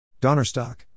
Donnerstock